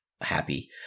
Happy